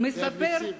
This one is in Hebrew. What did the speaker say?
"מספר,